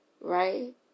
right